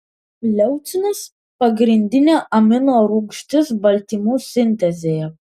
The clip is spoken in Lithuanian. leucinas pagrindinė amino rūgštis baltymų sintezėje